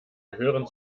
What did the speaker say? gehören